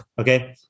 Okay